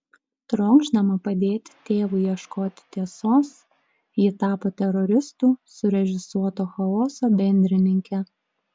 trokšdama padėti tėvui ieškoti tiesos ji tapo teroristų surežisuoto chaoso bendrininke